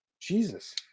Jesus